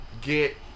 get